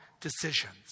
decisions